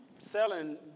selling